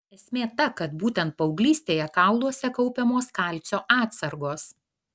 esmė ta kad būtent paauglystėje kauluose kaupiamos kalcio atsargos